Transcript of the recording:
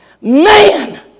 Man